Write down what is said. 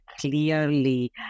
clearly